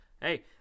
hey